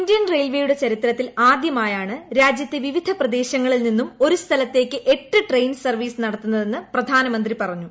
Indian റെയിൽവേയുടെ ചരിത്രത്തിൽ ആദ്യമായാണ് രാജ്യത്തെ വിവിധ പ്രദേശങ്ങളിൽ നിന്നും ഒരു സ്ഥലത്തേയ്ക്ക് എട്ട് ട്രെയിൻ സർവ്വീസ് നടത്തുന്നതെന്ന് പ്രധാനമന്ത്രി പറഞ്ഞു